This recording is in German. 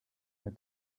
mehr